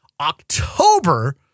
October